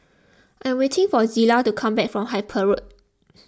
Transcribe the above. I am waiting for Zillah to come back from Harper Road